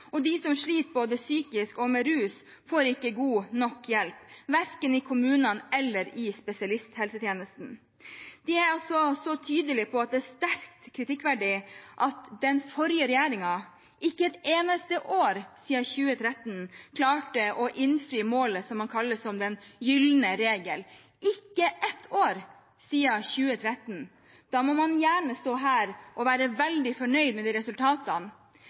De som sliter både psykisk og med rus, får ikke god nok hjelp, verken i kommunene eller i spesialisthelsetjenesten. De er også tydelige på at det er sterkt kritikkverdig at den forrige regjeringen ikke et eneste år siden 2013 klarte å innfri målet som man kaller den gylne regel – ikke ett år siden 2013. Da må man gjerne stå her og være veldig fornøyd med de resultatene,